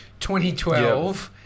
2012